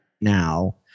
now